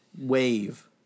wave